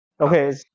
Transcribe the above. Okay